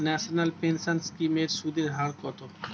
National pension scheme এর সুদের হার কত?